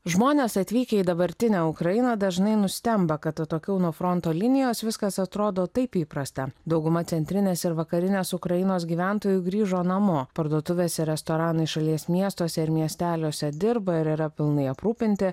žmonės atvykę į dabartinę ukrainą dažnai nustemba kad atokiau nuo fronto linijos viskas atrodo taip įprasta dauguma centrinės ir vakarinės ukrainos gyventojų grįžo namo parduotuvės ir restoranai šalies miestuose ir miesteliuose dirba ir yra pilnai aprūpinti